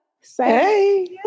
say